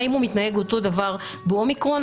האם הוא מתנהג אותו דבר באומיקרון.